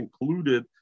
included